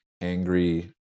angry